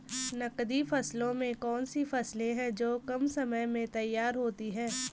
नकदी फसलों में कौन सी फसलें है जो कम समय में तैयार होती हैं?